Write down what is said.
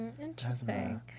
Interesting